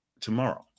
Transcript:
tomorrow